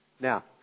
Now